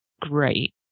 great